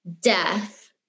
death